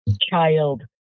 child